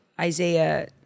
Isaiah